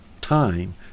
time